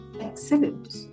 Excellent